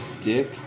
dick